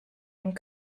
and